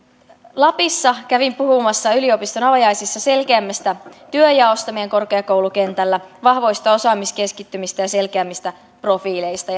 lapissa kävin puhumassa yliopiston avajaisissa selkeämmästä työnjaosta meidän korkeakoulukentällä vahvoista osaamiskeskittymistä ja selkeämmistä profiileista